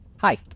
Hi